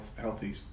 healthy